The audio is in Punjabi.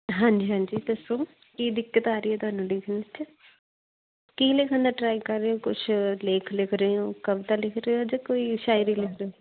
ਹਾਂਜੀ ਹਾਂਜੀ ਦੱਸੋ ਕੀ ਦਿੱਕਤ ਆ ਰਹੀ ਹੈ ਤੁਹਾਨੂੰ ਲਿਖਣ 'ਚ ਕੀ ਲਿਖਣ ਦਾ ਟਰਾਈ ਕਰ ਰਹੇ ਹੋ ਕੁਛ ਲੇਖ ਲਿਖ ਰਹੇ ਹੋ ਕਵਿਤਾ ਲਿਖ ਰਹੇ ਹੋ ਜਾਂ ਕੋਈ ਸ਼ਾਇਰੀ ਲਿਖ ਰਹੇ